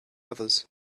others